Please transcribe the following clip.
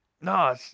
no